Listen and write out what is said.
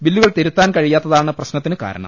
ബില്ലുകൾ തിരുത്താൻ കഴിയാത്ത താണ് പ്രശ്നത്തിന് കാരണം